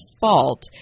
fault